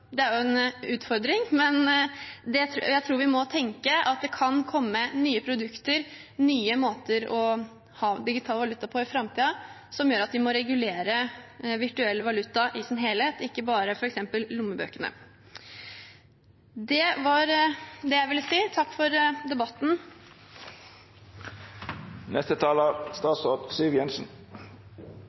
Det er en utfordring, men jeg tror vi må tenke at det kan komme nye produkter, nye måter å ha digital valuta på i framtiden, som gjør at vi må regulere virtuell valuta i sin helhet, ikke bare f.eks. lommebøkene. Det var det jeg ville si. Takk for debatten!